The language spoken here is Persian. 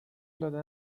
داده